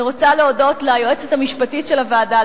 אני רוצה להודות ליועצת המשפטית של הוועדה,